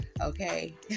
okay